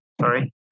Sorry